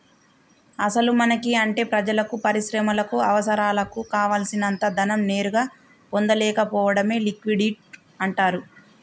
అసలు మనకి అంటే ప్రజలకు పరిశ్రమలకు అవసరాలకు కావాల్సినంత ధనం నేరుగా పొందలేకపోవడమే లిక్విడిటీ అంటారు